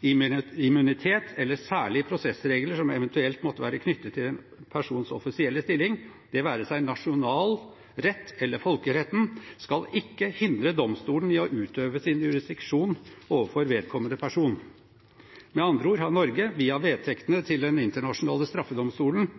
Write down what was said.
«Immunitet eller særlige prosessregler som eventuelt måtte være knyttet til en persons offisielle stilling, det være seg etter nasjonal rett eller folkeretten, skal ikke hindre Domstolen i å utøve sin jurisdiksjon overfor vedkommende person.» Med andre ord har Norge via vedtektene til Den internasjonale